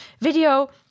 video